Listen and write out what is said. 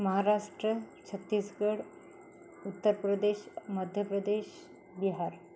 Maharashtra Chhattisgarh Uttar Pradesh Madhya Pradesh Bihar